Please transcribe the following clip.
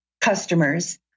customers